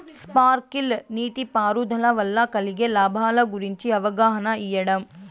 Sprinkle నీటిపారుదల వల్ల కలిగే లాభాల గురించి అవగాహన ఇయ్యడం?